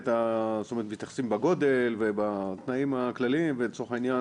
מתייחסים לגודל ובתנאים הכלליים ולצורך העניין